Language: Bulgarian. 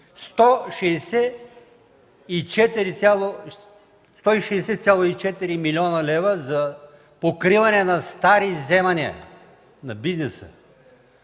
–160,4 млн. лв., за покриване на стари вземания на бизнеса,